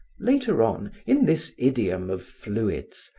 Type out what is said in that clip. later on, in this idiom of fluids,